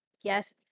yes